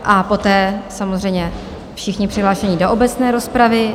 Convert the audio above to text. A poté samozřejmě všichni přihlášení do obecné rozpravy.